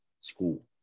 school